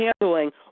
handling